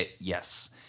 Yes